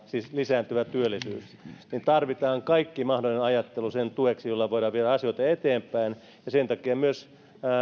siis lisääntyvä työllisyys tarvitaan sen tueksi kaikki mahdollinen ajattelu jolla voidaan viedä asioita eteenpäin sen takia myös